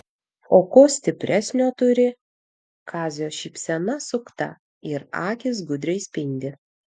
o ko stipresnio turi kazio šypsena sukta ir akys gudriai spindi